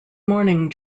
morning